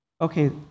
okay